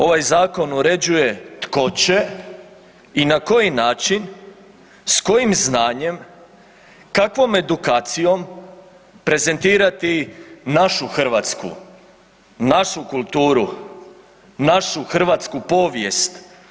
Ovaj zakon uređuje tko će i na koji način, s kojim znanjem, kakvom edukacijom prezentirati našu Hrvatsku, našu kulturu, našu hrvatsku povijest,